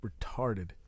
retarded